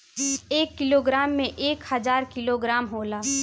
एक किलोग्राम में एक हजार ग्राम होला